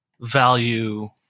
value